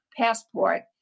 passport